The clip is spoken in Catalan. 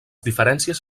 diferències